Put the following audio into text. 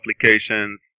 applications